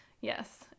Yes